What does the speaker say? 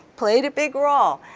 played a big role.